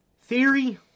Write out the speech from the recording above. Theory